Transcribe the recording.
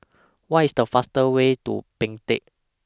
What IS The faster Way to Baghdad